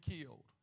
killed